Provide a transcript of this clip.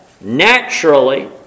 naturally